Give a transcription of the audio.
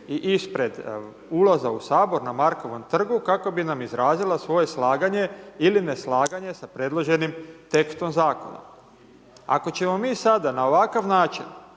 i ispred ulaza u Sabor na Markovom trgu kako bi nam izrazila svoje slaganje ili neslaganje sa predloženim tekstom zakona. Ako ćemo mi sada na ovakav način